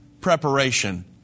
preparation